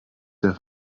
der